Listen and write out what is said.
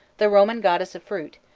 the roman goddess of fruit,